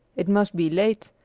it must be late,